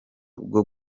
bwo